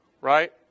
right